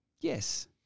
Yes